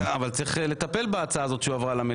צריך לטפל בהצעה שהועברה למליאה.